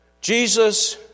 Jesus